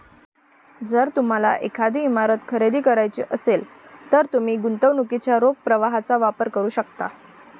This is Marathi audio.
जर तुम्हाला एखादी इमारत खरेदी करायची असेल, तर तुम्ही गुंतवणुकीच्या रोख प्रवाहाचा वापर करू शकता